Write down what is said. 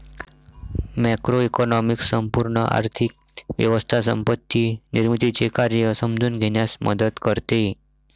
macroeconomics संपूर्ण आर्थिक व्यवस्था संपत्ती निर्मितीचे कार्य समजून घेण्यास मदत करते